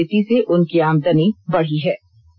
जैविक खेती से उनकी आमदनी बढ़ी है